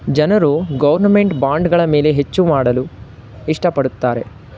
ಜನರು ಗೌರ್ನಮೆಂಟ್ ಬಾಂಡ್ಗಳ ಮೇಲೆ ಹೆಚ್ಚು ಮಾಡಲು ಇಷ್ಟ ಪಡುತ್ತಾರೆ